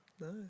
Nice